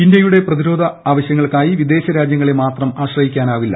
ഇന്തൃയുടെ പ്രതിരോധ ആവശ്യങ്ങൾക്കായി വിദേശ രാജ്യങ്ങളെ മാത്രം ആശ്രയിക്കാനാവില്ല